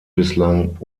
bislang